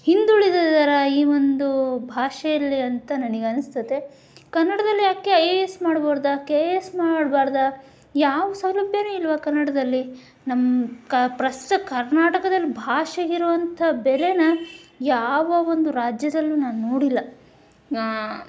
ಹಿಂದುಳಿದಿದಾರಾ ಈ ಒಂದು ಭಾಷೆಯಲ್ಲಿ ಅಂತ ನನಗೆ ಅನ್ಸತ್ತೆ ಕನ್ನಡ್ದಲ್ಲಿ ಯಾಕೆ ಐ ಎ ಎಸ್ ಮಾಡಬಾರ್ದಾ ಕೆ ಎ ಎಸ್ ಮಾಡಬಾರ್ದಾ ಯಾವ ಸೌಲಭ್ಯನೂ ಇಲ್ಲವಾ ಕನ್ನಡದಲ್ಲಿ ನಮ್ಮ ಕ ಪ್ರಸ್ತುತ ಕರ್ನಾಟಕದಲ್ಲಿ ಭಾಷೆಗಿರುವಂಥ ಬೆಲೆನ ಯಾವ ಒಂದು ರಾಜ್ಯದಲ್ಲೂ ನಾನು ನೋಡಿಲ್ಲ